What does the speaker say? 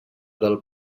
del